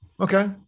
Okay